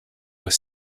were